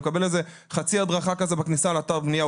הוא מקבל חצי הדרכה בכניסה לאתר הבנייה,